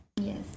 yes